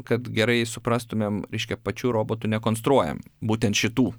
kad gerai suprastumėm reiškia pačių robotų nekonstruojam būtent šitų